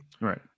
Right